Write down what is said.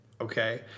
Okay